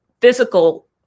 physical